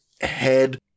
head